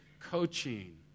coaching